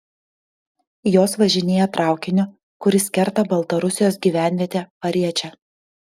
jos važinėja traukiniu kuris kerta baltarusijos gyvenvietę pariečę